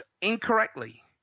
incorrectly